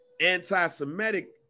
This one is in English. anti-Semitic